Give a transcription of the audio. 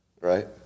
right